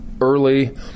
early